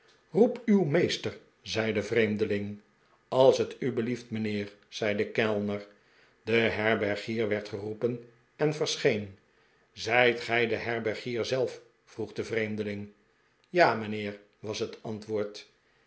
rocp uw meester zei de vreemdeling als t u belief t mijnheer zei de kellner de herbergier werd geroepen en verscheen zijt gij de herbergier zelf vroeg de vreemdeling ja mijnheer was het antwoord